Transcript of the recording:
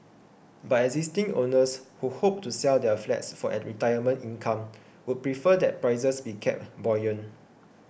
but existing owners who hope to sell their flats for retirement income would prefer that prices be kept buoyant